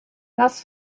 das